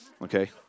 Okay